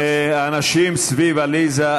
אנשים סביב עליזה,